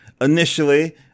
initially